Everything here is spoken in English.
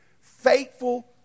faithful